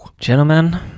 Gentlemen